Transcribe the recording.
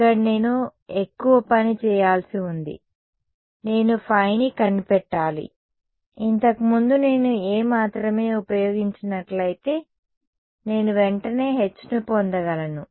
ఇక్కడ నేను ఎక్కువ పని చేయాల్సి ఉంది నేను ϕని కనిపెట్టాలి ఇంతకు ముందు నేను A మాత్రమే ఉపయోగించినట్లయితే నేను వెంటనే H ను పొందగలను